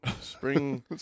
Spring